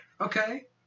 Okay